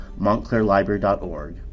montclairlibrary.org